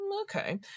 Okay